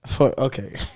Okay